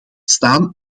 staan